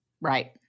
Right